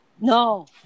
No